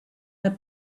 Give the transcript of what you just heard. had